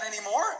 anymore